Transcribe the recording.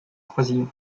croisillon